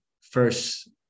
first